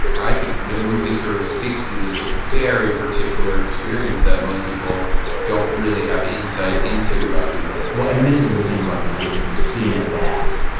and i think the movie sort of speaks to this very particular experience that most people don't really have insight into about the olympics well and this is the thing about the olympics and seeing it back.